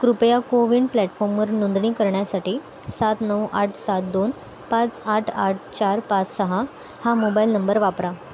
कृपया CoWIN प्लॅटफॉमवर नोंदणी करण्यासाठी सात नऊ आठ सात दोन पाच आठ आठ चार पाच सहा हा मोबाईल नंबर वापरा